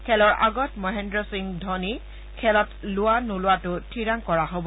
খেলৰ আগত মহেন্দ্ৰ সিং ধোনীক খেলত লোৱা নোলোৱাটো ঠিৰাং কৰা হব